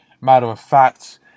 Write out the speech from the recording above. matter-of-fact